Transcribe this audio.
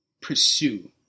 Pursue